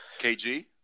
KG